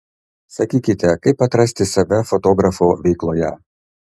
sakykite kaip atrasti save fotografo veikloje